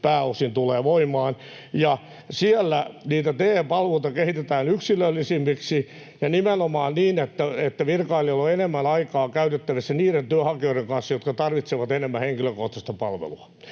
ensi vuonna — ja siellä niitä TE-palveluita kehitetään yksilöllisemmiksi ja nimenomaan niin, että virkailijoilla on enemmän aikaa käytettävissä niiden työnhakijoiden kanssa, jotka tarvitsevat enemmän henkilökohtaista palvelua.